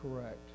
correct